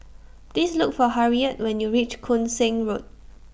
Please Look For Harriett when YOU REACH Koon Seng Road